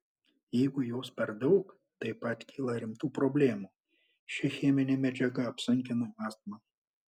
jeigu jos per daug taip pat kyla rimtų problemų ši cheminė medžiaga apsunkina astmą